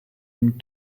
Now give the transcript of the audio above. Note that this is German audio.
dem